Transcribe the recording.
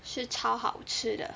是超好吃的